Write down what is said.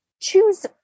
choose